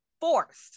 forced